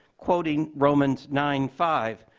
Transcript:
quoting romans nine five,